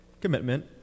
commitment